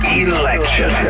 election